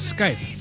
Skype